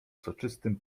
soczystym